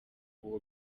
uwo